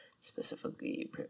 specifically